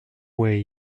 way